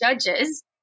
judges